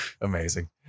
Amazing